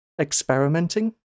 experimenting